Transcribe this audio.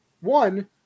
One